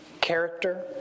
character